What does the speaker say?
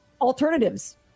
alternatives